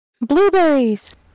Blueberries